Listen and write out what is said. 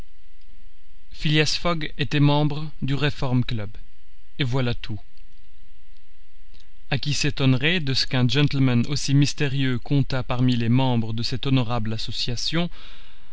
phileas fogg était membre du reform club et voilà tout a qui s'étonnerait de ce qu'un gentleman aussi mystérieux comptât parmi les membres de cette honorable association